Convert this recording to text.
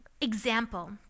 example